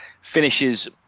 Finishes